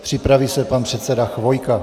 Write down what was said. Připraví se pan předseda Chvojka.